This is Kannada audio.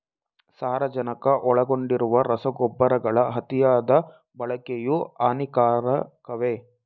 ಸಾರಜನಕ ಒಳಗೊಂಡಿರುವ ರಸಗೊಬ್ಬರಗಳ ಅತಿಯಾದ ಬಳಕೆಯು ಹಾನಿಕಾರಕವೇ?